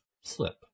slip